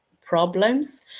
problems